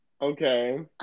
Okay